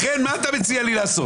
לכן, מה אתה מציע לי לעשות?